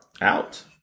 out